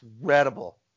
incredible